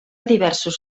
diversos